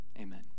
Amen